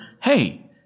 hey